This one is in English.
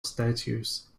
statues